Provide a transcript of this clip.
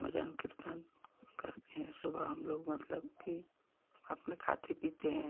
भजन कीर्तन करते हैं सुबह हम लोग मतलब कि अपना खाते पीते हैं